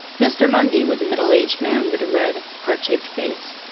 mr. mundy was a middle-aged man with a red, heart-shaped face,